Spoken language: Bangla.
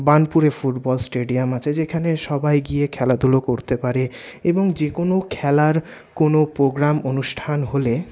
বার্নপুরে ফুটবল স্টেডিয়াম আছে যেখানে সবাই গিয়ে খেলাধুলো করতে পারে এবং যেকোনও খেলার কোনও প্রোগ্রাম অনুষ্ঠান হলে